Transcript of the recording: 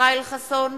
ישראל חסון,